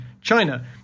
China